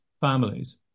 families